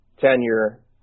tenure